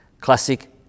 Classic